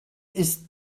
ist